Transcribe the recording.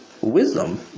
wisdom